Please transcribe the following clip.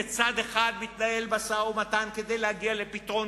בצד אחד מתנהל משא-ומתן כדי להגיע לפתרון